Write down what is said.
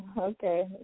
Okay